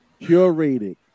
curated